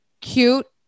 cute